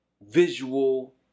visual